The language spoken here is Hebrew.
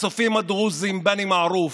הצופים הדרוזים, בני מערוף.